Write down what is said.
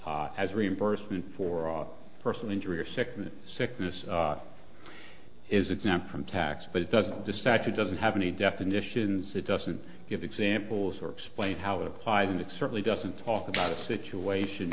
act as reimbursement for aught personal injury or sickness sickness is exempt from tax but it doesn't this fact it doesn't have any definitions it doesn't give examples or explain how it applies and it certainly doesn't talk about a situation